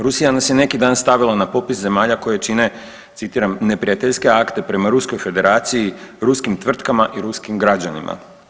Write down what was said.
Rusija nas je neki dan stavila na popis zemalja koje čine, citiram, neprijateljske akte prema Ruskoj Federaciji, ruskim tvrtkama i ruskim građanima.